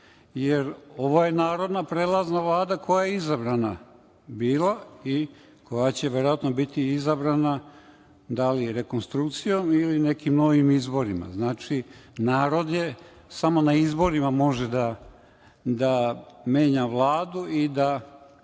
jer ovo je narodna prelazna Vlada koja je izabrana bila i koja će verovatno biti izabrana, da li rekonstrukcijom ili nekim novim izborima. Znači, narod samo na izborima može da menja Vladu i da